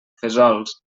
fesols